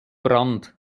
brand